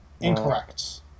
Incorrect